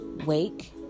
wake